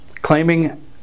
claiming